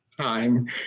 time